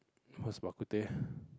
what's bak-kut-teh